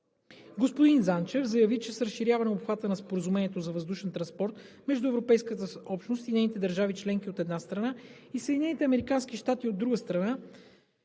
Господин Занчев заяви, че с разширяване обхвата на Споразумението за въздушен транспорт между Европейската общност и нейните държави членки, от една страна, и Съединените